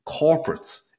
corporates